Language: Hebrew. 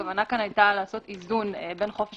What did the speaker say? הכוונה כאן היתה לעשות איזון בין חופש